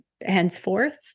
henceforth